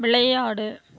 விளையாடு